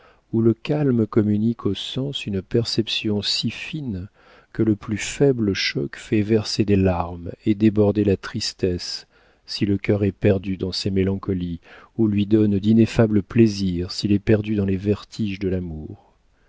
où le calme communique aux sens une perception si fine que le plus faible choc fait verser des larmes et déborder la tristesse si le cœur est perdu dans ces mélancolies ou lui donne d'ineffables plaisirs s'il est perdu dans les vertiges de l'amour